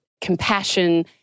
compassion